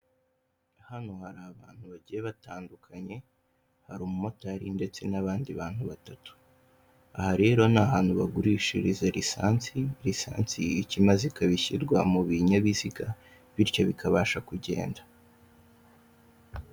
Hano hari bantu bagiye batandukanye, hari umumotari ndetse n'abandi bantu batatu, aha rero ni ahantu bagurishiriza resansi, resansi icyo imaze ikaba ishyirwa mu binyabiziga, bityo bikabasha kugenda.